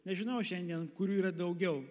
nežinau šiandien kurių yra daugiau